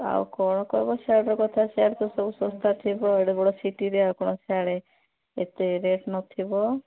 ଆଉ କ'ଣ କହିବ ସେଆଡ଼ର କଥା ସେଆଡ଼େ ତ ସବୁ ଶସ୍ତା ଥିବ ଏଡ଼େ ବଡ଼ ସିଟିରେ ଆଉ କ'ଣ ସେଆଡ଼େ ଏତେ ରେଟ୍ ନଥିବ